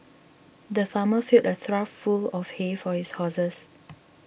the farmer filled a trough full of hay for his horses